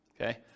okay